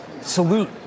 Salute